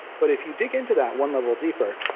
but if you dig into that one level deeper,